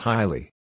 Highly